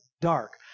dark